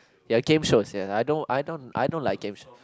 ya game shows ya I don't I don't I don't like game show